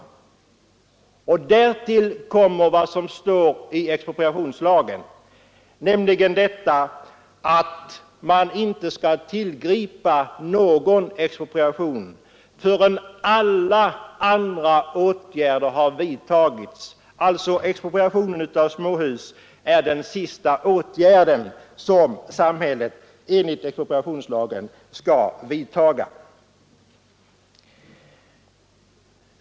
Och därtill kommer vad som står i lagen, nämligen att man inte skall tillgripa expropriation förrän alla andra åtgärder har vidtagits. Expropriation av småhus är alltså den sista åtgärd som samhället enligt expropriationslagen skall vidta.